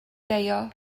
deio